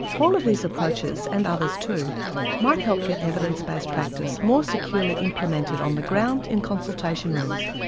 all of these approaches and others too might help get evidence based practice more securely implemented on the ground in consultation rooms.